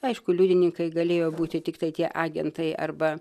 aišku liudininkai galėjo būti tiktai tie agentai arba